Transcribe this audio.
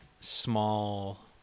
small